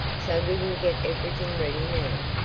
so we will get everything ready now.